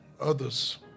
others